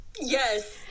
yes